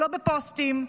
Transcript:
לא בפוסטים,